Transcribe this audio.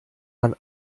man